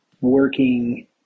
working